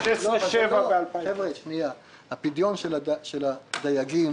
הפדיון של הדייגים